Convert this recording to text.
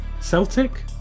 Celtic